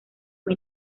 fue